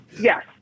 yes